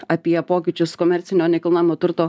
apie pokyčius komercinio nekilnojamo turto